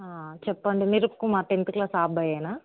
చెప్పండి Nirup Kumar tenth class ఆ అబ్బాయేనా